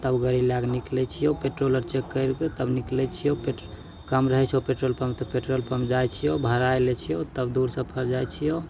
तब गाड़ी लैकऽ निकलै छिऔ पेट्रोल चेक करिके तब निकलै छिऔ पेट्रा कम रहै छौ पेट्रोल तऽ पेट्रोल पम्प जाइ छिऔ भरा लै छिऔ तब दूर सफर जाइ छिऔ